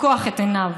לפקוח את עיניו,